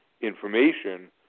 information